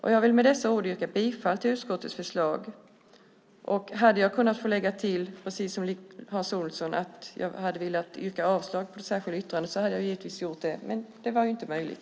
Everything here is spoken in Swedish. Jag yrkar med dessa ord bifall till utskottets förslag. Precis som Hans Olsson hade jag, om det varit möjligt, yrkat avslag på det särskilda yttrandet. Men det var inte möjligt.